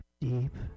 deep